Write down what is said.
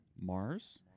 Mars